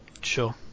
Sure